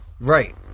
Right